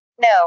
No